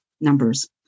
numbers